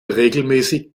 regelmäßig